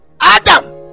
Adam